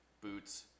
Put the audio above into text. boots